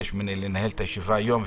ביקש שאנהל את הישיבה היום,